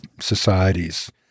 societies